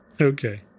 Okay